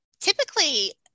typically